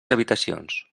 habitacions